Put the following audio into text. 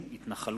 (תיקון,